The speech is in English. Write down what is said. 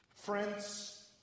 friends